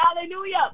Hallelujah